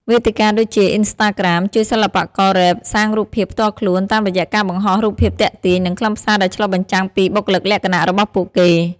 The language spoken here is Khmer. វេទិកាដូចជា អុីនស្តាក្រាម ជួយសិល្បកររ៉េបកសាងរូបភាពផ្ទាល់ខ្លួន តាមរយៈការបង្ហោះរូបភាពទាក់ទាញ និងខ្លឹមសារដែលឆ្លុះបញ្ចាំងពីបុគ្គលិកលក្ខណៈរបស់ពួកគេ។